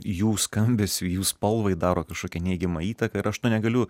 jų skambesiui jų spalvai daro kažkokią neigiamą įtaką ir aš to negaliu